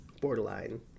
borderline